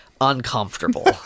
uncomfortable